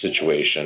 situation